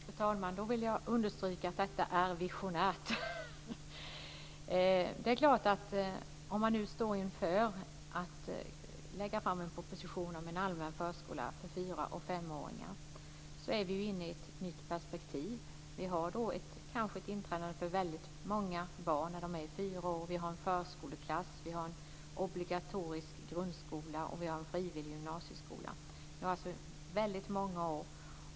Fru talman! Då vill jag understryka att detta är visionärt. Det är klart att om man nu står inför att lägga fram en proposition om allmän förskola för fyra och femåringar så innebär det ett nytt perspektiv. Vi har då kanske ett inträdande för väldigt många barn när de är fyra år. Vi har en förskoleklass. Vi har en obligatorisk grundskola och en frivillig gymnasieskola. Det gäller alltså väldigt många år.